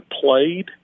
played